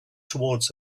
towards